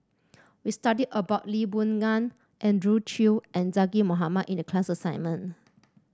we studied about Lee Boon Ngan Andrew Chew and Zaqy Mohamad in the class assignment